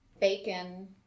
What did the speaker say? bacon